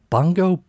Bongo